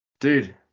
dude